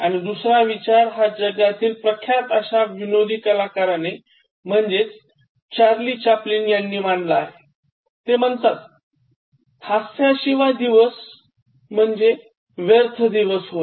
आणि दुसरा विचार हा जगातील प्रख्यात अश्या विनोदी कलाकाराने म्हणजेच चार्ली चॅप्लिन यांनी मांडला आहे ते म्हणतातहास्याशिवाय दिवस म्हणजे व्यर्थ दिवस होय